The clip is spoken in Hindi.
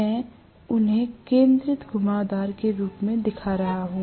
मैं उन्हें केंद्रित घुमावदार के रूप में दिखा रहा हूं